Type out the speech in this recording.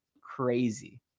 crazy